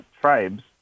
tribes